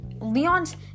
Leon's